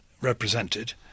represented